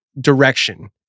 direction